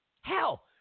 Hell